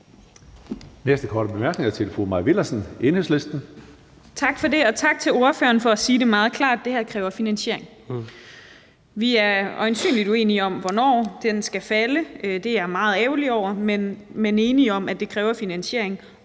næste korte bemærkning er til fru Mai Villadsen, Enhedslisten. Kl. 19:48 Mai Villadsen (EL): Tak for det. Og tak til ordføreren for at sige meget klart, at det her kræver finansiering. Vi er øjensynligt uenige om, hvornår den skal falde – det er jeg meget ærgerlig over – men enige om, at det kræver finansiering